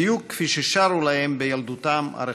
בדיוק כפי ששרו להם בילדותם הרחוקה.